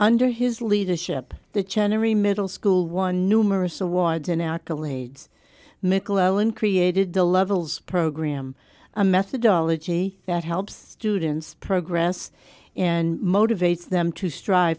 under his leadership the china re middle school one numerous awards and accolades mcclellan created the levels program a methodology that helps students progress and motivates them to strive